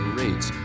rates